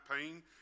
pain